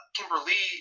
Kimberly